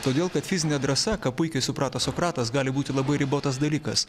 todėl kad fizinė drąsa ką puikiai suprato sokratas gali būti labai ribotas dalykas